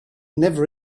never